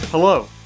Hello